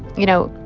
you know,